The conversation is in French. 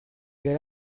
gars